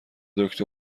دکتر